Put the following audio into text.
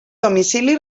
domicili